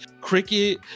cricket